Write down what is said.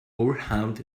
overwhelmed